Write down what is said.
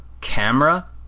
camera